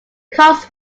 kiosk